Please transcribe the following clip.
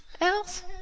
Else